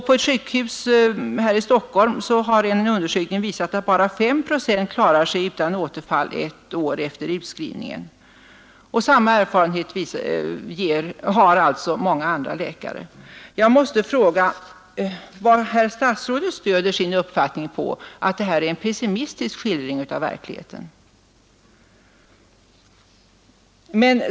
På ett sjukhus här i Stockholm har en undersökning visat att bara 5 procent klarar sig utan återfall ett år efter utskrivningen. Samma erfarenhet har alltså många andra läkare. Jag måste fråga vad herr statsrådet stöder sin uppfattning på, att det här är en pessimistisk skildring av verkligheten.